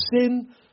sin